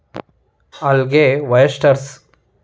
algae, oysters